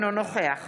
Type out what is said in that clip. אינו נוכח